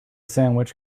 sandwich